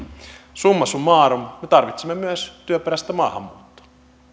summa summarum me tarvitsemme myös työperäistä maahanmuuttoa